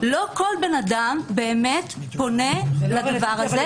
לא כל אדם באמת פונה לזה.